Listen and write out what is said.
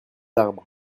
arbres